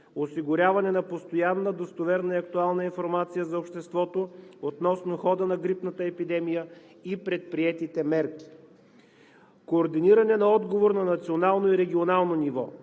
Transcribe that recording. осигуряване на постоянна достоверна и актуална информация за обществото относно хода на грипната епидемия и предприетите мерки; координиране на отговор на национално и регионално ниво;